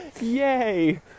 Yay